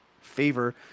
favor